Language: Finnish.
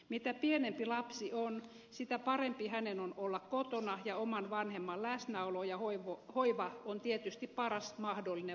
mitä pienempi lapsi on sitä parempi hänen on olla kotona ja oman vanhemman läsnäolo ja hoiva on tietysti paras mahdollinen vaihtoehto